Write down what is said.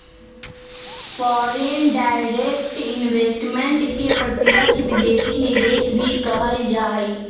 foreign direct investment के प्रत्यक्ष विदेशी निवेश भी कहल जा हई